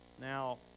Now